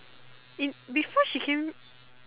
if before she came